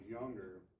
younger